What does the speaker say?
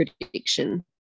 prediction